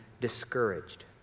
discouraged